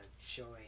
showing